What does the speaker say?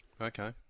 Okay